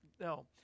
No